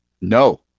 No